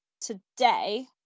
today